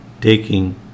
taking